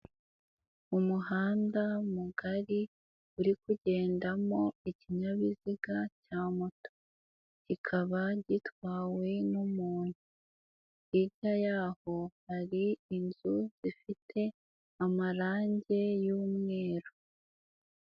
Umuhanda mugari uri kugendamo ikinyabiziga cya moto kikaba gitwawe n'umuntu, hirya yaho hari inzu ifite amarange y'umweru.